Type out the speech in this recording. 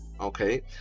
okay